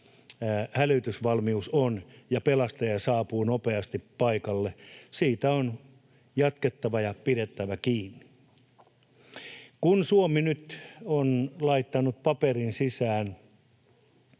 hälytysvalmius on ja pelastaja saapuu nopeasti paikalle. Siitä on jatkettava ja pidettävä kiinni. Kun Suomi nyt on laittanut paperin sisään,